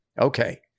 Okay